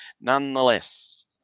Nonetheless